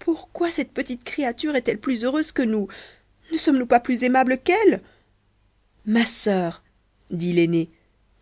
pourquoi cette petite créature est-elle plus heureuse que nous ne sommes-nous pas plus aimables qu'elle ma sœur dit l'aînée